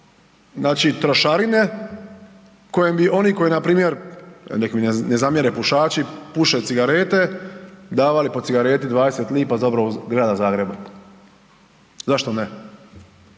znači trošarine kojom bi oni koji npr. nek mi ne zamjere pušači, puše cigarete, davali po cigareti 20 lipa za obnovu Grada Zagreba, zašto ne?